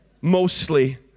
mostly